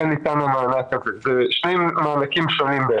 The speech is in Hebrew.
זה שני מענקים שונים.